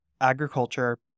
Agriculture